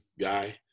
guy